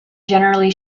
generally